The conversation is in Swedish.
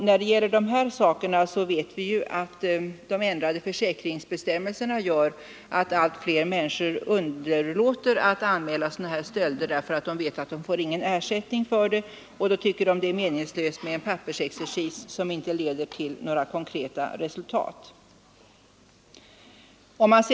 Vi vet dock att de ändrade försäkringsbestämmelserna gör att allt fler människor underlåter att anmäla sådana stölder, eftersom de är medvetna om att de inte får någon ersättning för dem. De tycker att det är meningslöst med en pappersexercis som inte leder till några konkreta resultat.